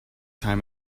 time